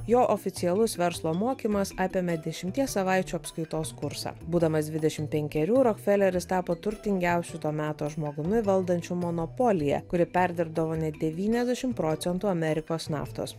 jo oficialus verslo mokymas apėmė dešimties savaičių apskaitos kursą būdamas dvidešimt penkerių rokfeleris tapo turtingiausiu to meto žmogumi valdančiu monopoliją kuri perdirbdavo net devyniasdešimt procentų amerikos naftos